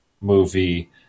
movie